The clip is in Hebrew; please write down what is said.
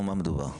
במה מדובר?